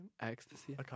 ecstasy